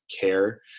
care